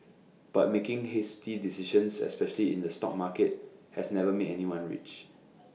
but making hasty decisions especially in the stock market has never made anyone rich